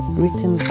written